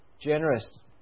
generous